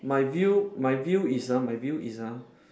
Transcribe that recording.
my view my view is ah my view is ah